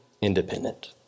independent